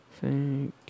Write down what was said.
Thank